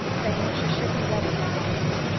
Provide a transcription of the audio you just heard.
saying she should be ready in a moment.